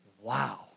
Wow